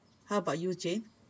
how about you jane